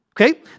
Okay